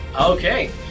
Okay